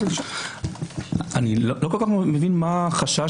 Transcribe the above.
אני לא מבין, מה החשש